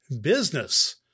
business